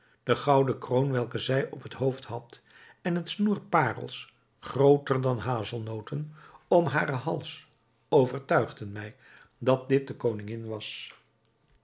de gouden kroon welke zij op het hoofd had en het snoer parels grooter dan hazelnoten om haren hals overtuigden mij dat dit de koningin was